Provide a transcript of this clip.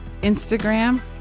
Instagram